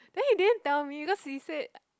then he didn't tell me because he said